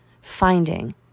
finding